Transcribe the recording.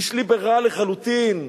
הוא איש ליברל לחלוטין,